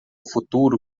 futuro